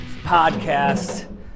Podcast